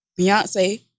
Beyonce